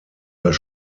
das